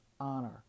honor